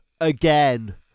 again